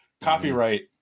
Copyright